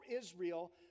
Israel